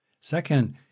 Second